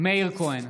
מאיר כהן,